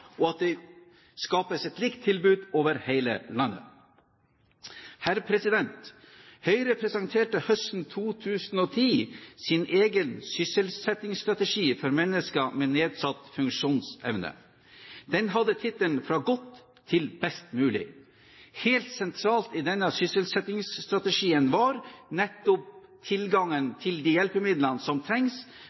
og at det skapes et likt tilbud over hele landet. Høyre presenterte høsten 2010 sin egen sysselsettingsstrategi for mennesker med nedsatt funksjonsevne. Den hadde tittelen «Fra godt nok til best mulig». Helt sentralt i denne sysselsettingsstrategien var nettopp tilgangen til de hjelpemidlene som trengs